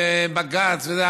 בבג"ץ וזה,